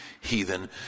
heathen